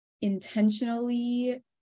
intentionally